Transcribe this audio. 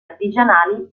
artigianali